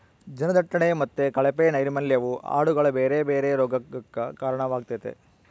ಜನದಟ್ಟಣೆ ಮತ್ತೆ ಕಳಪೆ ನೈರ್ಮಲ್ಯವು ಆಡುಗಳ ಬೇರೆ ಬೇರೆ ರೋಗಗಕ್ಕ ಕಾರಣವಾಗ್ತತೆ